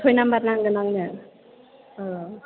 सय नाम्बार नांगौन आंनो औ